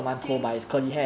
same